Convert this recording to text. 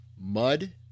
mud